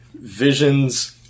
Visions